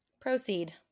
Proceed